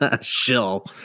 shill